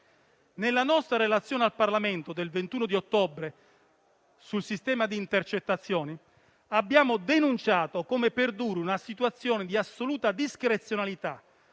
stessi una relazione al Parlamento. Nella nostra relazione sul sistema di intercettazioni abbiamo denunciato come perduri una situazione di assoluta discrezionalità